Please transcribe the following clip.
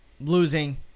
losing